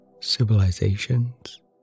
civilizations